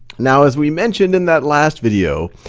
now as we mentioned in that last video,